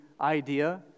idea